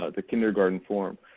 ah the kindergarten form.